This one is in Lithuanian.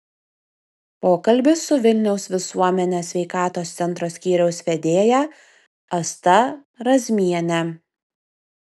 pokalbis su vilniaus visuomenės sveikatos centro skyriaus vedėja asta razmiene